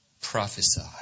prophesy